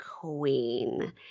queen